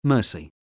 Mercy